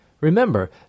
Remember